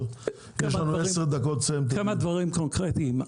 כמה דברים קונקרטיים.